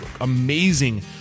amazing